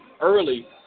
early